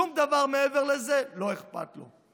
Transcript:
שום דבר מעבר לזה לא אכפת לו.